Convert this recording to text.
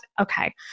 Okay